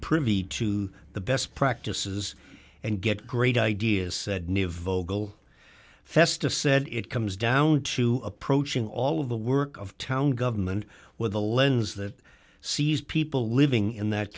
privy to the best practices and get great ideas said nick vogel festa said it comes down to approaching all of the work of town government with a lens that sees people living in that